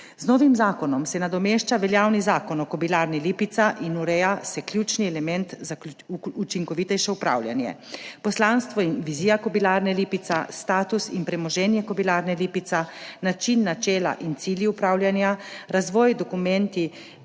Z novim zakonom se nadomešča veljavni Zakon o Kobilarni Lipica in ureja ključni element za učinkovitejše upravljanje. Poslanstvo in vizija Kobilarne Lipica, status in premoženje Kobilarne Lipica, način, načela in cilji upravljanja, razvojni dokumenti